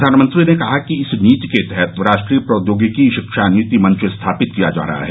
प्रधानमंत्री ने कहा कि इस नीति के तहत राष्ट्रीय प्रौद्योगिकी शिक्षा नीति मंच स्थापित किया जा रहा है